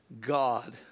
God